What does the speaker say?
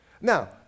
Now